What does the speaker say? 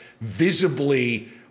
visibly